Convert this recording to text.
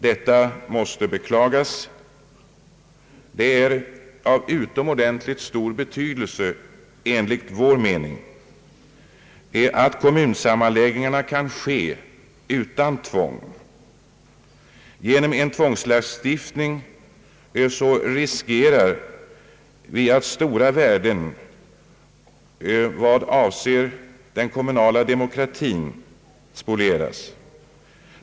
Detta måste beklagas. Det är av utomordentligt stor betydelse att kommunsammanläggningarna kan ske utan tvång. Genom en tvångslagstiftning riskerar vi att stora värden i den kommunala demokratin spolieras.